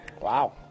Wow